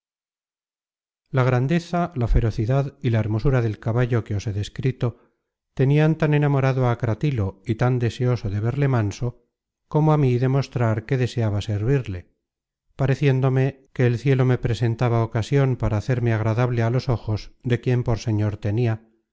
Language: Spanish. la grandeza la ferocidad y la hermosura del caballo que os he descrito tenian tan enamorado á cratilo y tan deseoso de verle manso como a mí de mostrar que deseaba servirle pareciéndome que el cielo me presentaba ocasion para hacerme agradable á los ojos de quien por señor tenia